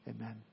Amen